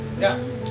Yes